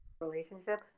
relationship